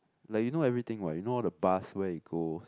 like you know everything what you know all the bus where it go